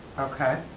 okay!